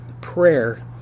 prayer